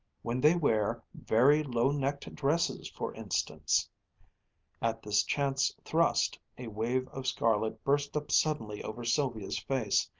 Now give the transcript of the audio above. when they wear very low-necked dresses, for instance at this chance thrust, a wave of scarlet burst up suddenly over sylvia's face,